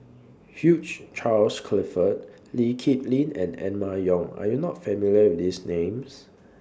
Hugh Charles Clifford Lee Kip Lin and Emma Yong Are YOU not familiar with These Names